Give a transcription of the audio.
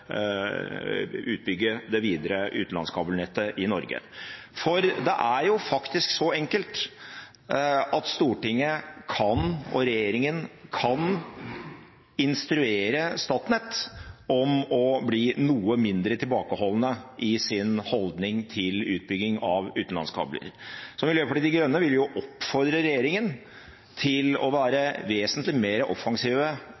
det videre utenlandskabelnettet i Norge. Det er faktisk så enkelt at Stortinget og regjeringen kan instruere Statnett om å bli noe mindre tilbakeholden i sin holdning til utbygging av utenlandskabler. Miljøpartiet De Grønne vil jo oppfordre regjeringen til å